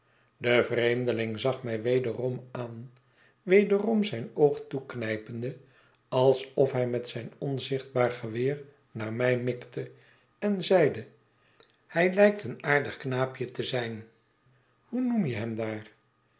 de vreemdeling zag mij wederom aan wederom zijn oog toeknijpende alsof hij met zijn onzichtbaar geweer naar mij mikte en zeide hij lijkt een aardig knaapje te zijn hoe noem je hem daar